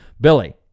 Billy